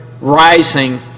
rising